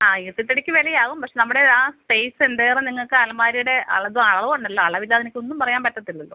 ആ ഈട്ടിത്തടിക്ക് വിലയാകും പക്ഷേ നമ്മുടെ ആ സ്പേസ് എന്തേരം നിങ്ങൾക്ക് അലമാരിയുടെ അളവ് അളവുണ്ടല്ലൊ അളവില്ലാതെനിക്കൊന്നും പറയാൻ പറ്റത്തിലല്ലോ